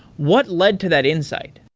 what led to that insight?